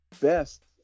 best